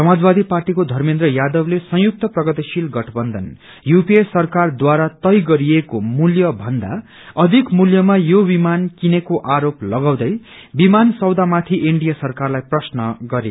समाजवादी पार्टीको षमेन्द्र यादवले संयुक्त प्रशतिशिल गठबन्धन युपीए सरकारद्वारा तय गरिएको मूल्य भन्दा अधिक मूल्यमा यो विमान किनेको आरोप लगाउँदै विमान सौदामाथि एनडीए सरकारलाई प्रश्न गरे